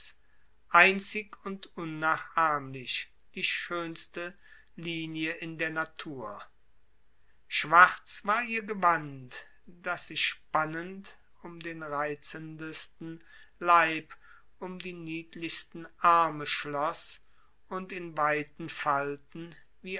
einzig und unnachahmlich die schönste linie in der natur schwarz war ihr gewand das sich spannend um den reizendsten leib um die niedlichsten arme schloß und in weiten falten wie